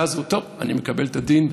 ואז הוא: טוב, אני מקבל את הדין.